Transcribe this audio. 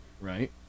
right